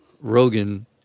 Rogan